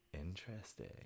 interesting